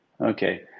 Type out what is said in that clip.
Okay